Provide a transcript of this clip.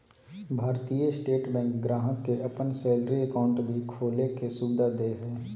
भारतीय State Bank ग्राहक के अपन सैलरी अकाउंट भी खोले के सुविधा दे हइ